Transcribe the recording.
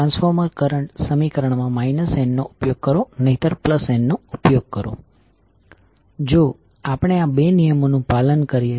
ચાલો આપણે કહીએ કે કરંટ i1એ આ ખાસ મેચ માં આ દિશામાં છે અને i2આ દિશામાં છે